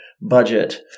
budget